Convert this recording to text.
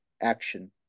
action